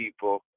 people